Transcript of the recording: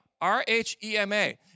R-H-E-M-A